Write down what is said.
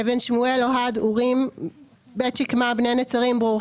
אבן שמואל אוהד אורים בית שקמה בני נצרים ברור